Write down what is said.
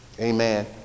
amen